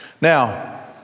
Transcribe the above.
Now